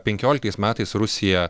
penkioliktais metais rusija